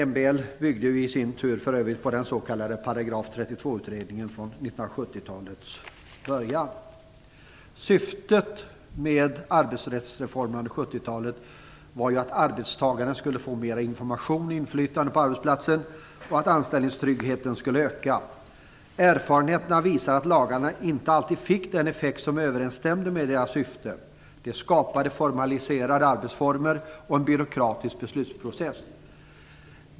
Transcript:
MBL byggde för övrigt på den s.k. §-32-utredningen från 70-talets början. Syftet med 70-talets arbetsrättsreformer var att arbetstagarna skulle få mer information och inflytande på arbetsplatsen och att anställningstryggheten skulle öka. Erfarenheterna visar att lagarna inte alltid fick en effekt som överensstämde med deras syfte. De skapade formaliserade samarbetsformer och en byråkratisk beslutsprocess.